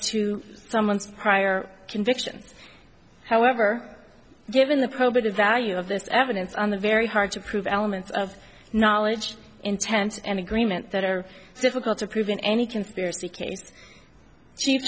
to someone's prior convictions however given the probative value of this evidence on the very hard to prove element of knowledge intense and agreement that are difficult to prove in any conspiracy case she